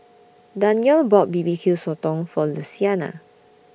Danyell bought B B Q Sotong For Luciana